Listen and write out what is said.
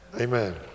Amen